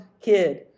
kid